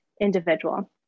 individual